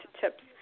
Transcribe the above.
tips